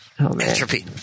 Entropy